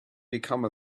become